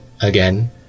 again